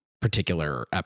particular